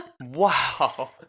Wow